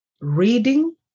reading